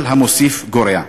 כל המוסיף גורע.